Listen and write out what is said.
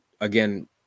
again